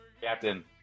Captain